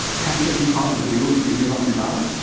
can't it be part of the deal that you give up your data?